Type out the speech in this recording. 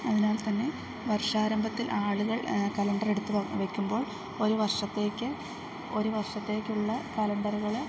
അതിനാൽ തന്നെ വർഷാരംഭത്തിൽ ആളുകൾ കലണ്ടർ എടുത്ത് വെക്കുമ്പോൾ ഒരു വർഷത്തേക്ക് ഒരു വർഷത്തേക്കുള്ള കലണ്ടറുകൾ